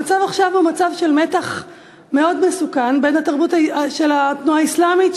המצב עכשיו הוא מצב של מתח מאוד מסוכן בין התרבות של התנועה האסלאמית,